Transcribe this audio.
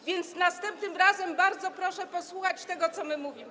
A więc następnym razem bardzo proszę posłuchać tego, co my mówimy.